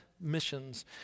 missions